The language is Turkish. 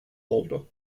oldu